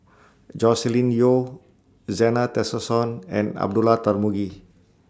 Joscelin Yeo Zena Tessensohn and Abdullah Tarmugi